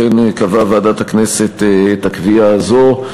אכן קבעה ועדת הכנסת את הקביעה הזאת,